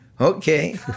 Okay